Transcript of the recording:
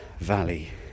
valley